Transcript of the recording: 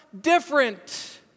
Different